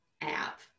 app